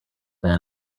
man